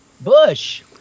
Bush